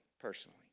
personally